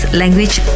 language